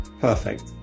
perfect